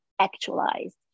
actualized